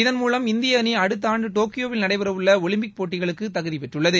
இதன் மூலம் இந்திய அணி அடுத்த ஆண்டு டோக்கியோவில் நடைபெறவுள்ள ஒலிம்பிக் போட்டிகளுக்கு தகுதி பெற்றுள்ளது